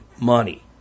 money